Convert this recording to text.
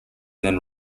then